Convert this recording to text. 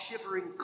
shivering